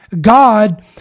God